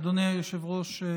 אדוני היושב-ראש,